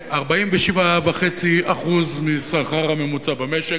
ל-47.5% מהשכר הממוצע במשק.